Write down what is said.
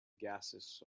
gases